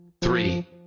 three